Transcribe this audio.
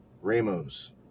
Ramos